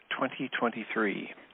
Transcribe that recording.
2023